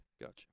Gotcha